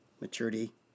Maturity